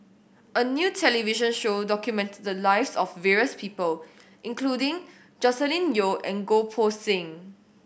a new television show documented the lives of various people including Joscelin Yeo and Goh Poh Seng